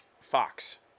Fox